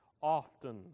often